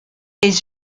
les